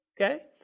Okay